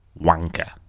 Wanker